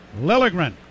Lilligren